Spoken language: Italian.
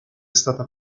stata